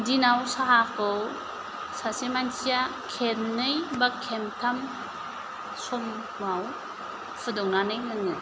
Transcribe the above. दिनाव साहाखौ सासे मानसिया खेबनै बा खेबथाम समाव फुदुंनानै लोङो